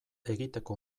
egiteko